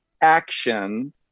action